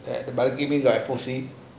like must give me like